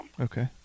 Okay